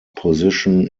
position